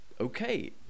okay